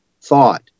thought